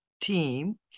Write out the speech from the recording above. team